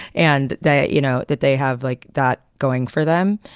and that, you know, that they have like that going for them.